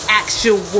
actual